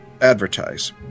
Advertise